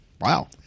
wow